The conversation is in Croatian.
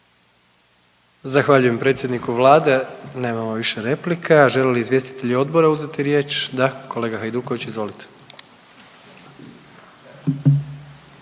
Zahvaljujem predsjedniku Vlade, nemamo više replika. Žele li izvjestitelji uzeti riječ? Da, kolega Hajduković izvolite.